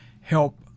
help